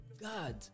God